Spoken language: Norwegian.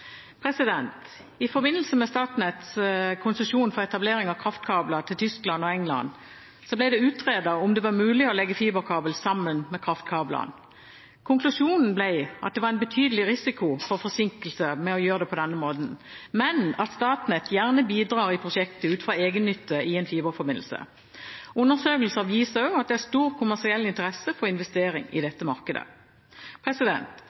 I forbindelse med Statnetts konsesjon for etablering av kraftkabler til Tyskland og England ble det utredet om det var mulig å legge fiberkabel sammen med kraftkablene. Konklusjonen ble at det var en betydelig risiko for forsinkelser ved å gjøre det på denne måten, men at Statnett gjerne bidrar i prosjektet ut fra egennytte av en fiberforbindelse. Undersøkelser viser at det også er stor kommersiell interesse for investering i dette markedet. På Sørlandet har det